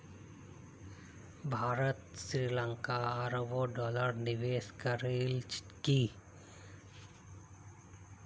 भारत श्री लंकात अरबों डॉलरेर निवेश करील की